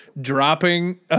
dropping